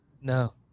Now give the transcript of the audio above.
No